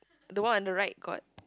the one on the right got